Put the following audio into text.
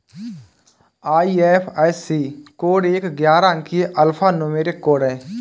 IFSC code एक ग्यारह अंकीय अल्फा न्यूमेरिक कोड है